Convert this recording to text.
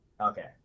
Okay